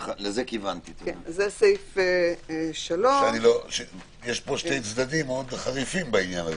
זה סעיף 3. יש פה שני צדדים חריפים בעניין הזה.